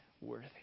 Worthy